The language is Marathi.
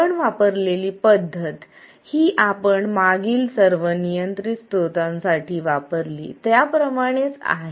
आपण वापरलेली पद्धत ही आपण मागील सर्व नियंत्रित स्त्रोतांसाठी वापरली त्याप्रमाणेच आहे